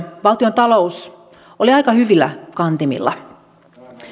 valtiontalous oli aika hyvillä kantimilla